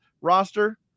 roster